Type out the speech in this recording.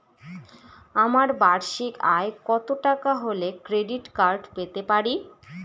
আমার বার্ষিক আয় কত টাকা হলে ক্রেডিট কার্ড পেতে পারি?